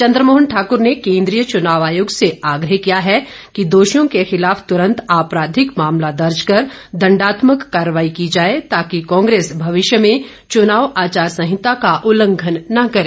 चंद्रमोहन ठाकुर ने केंद्रीय चुनाव आयोग से आग्रह किया है कि दोषियों के खिलाफ तुरंत आपराधिक मामला दर्ज कर दंडात्मक कार्रवाई की जाए ताकि कांग्रेस भविष्य में चुनाव आचार संहिता का उल्लंघन न करें